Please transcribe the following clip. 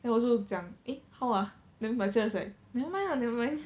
then 我就讲 eh how ah then my lecturer is like nevermind lah nevermind